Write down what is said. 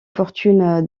fortune